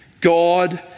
God